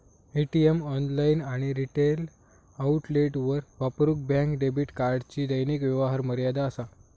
ATM, online आणि retail आउटलेटवर वापरूक बँक डेबिट कार्डची दैनिक व्यवहार मर्यादा असा